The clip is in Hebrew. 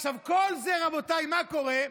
עכשיו, כל זה, רבותיי, מה קורה?